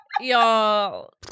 Y'all